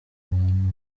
abantu